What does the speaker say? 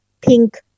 pink